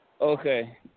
Okay